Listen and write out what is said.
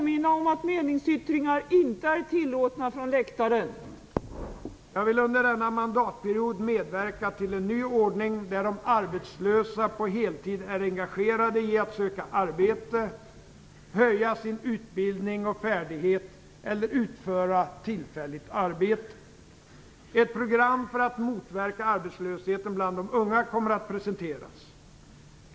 Fru talman! Jag vill under denna mandatperiod medverka till en ny ordning där de arbetslösa på heltid är engagerade i att söka arbete, höja sin utbildning och färdighet eller utföra tillfälligt arbete. Ett program för att motverka arbetslösheten bland de unga kommer att presenteras.